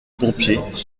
pompiers